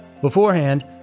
Beforehand